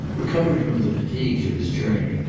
recovered from the fatigues of his journey,